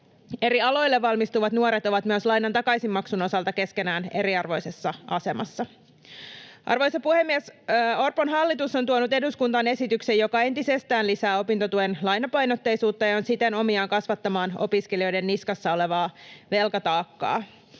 Eri aloille valmistuvat nuoret ovat myös lainan takaisinmaksun osalta keskenään eriarvoisessa asemassa. Arvoisa puhemies! Orpon hallitus on tuonut eduskuntaan esityksen, joka entisestään lisää opintotuen lainapainotteisuutta ja on siten omiaan kasvattamaan opiskelijoiden niskassa olevaa velkataakkaa.